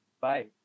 Bye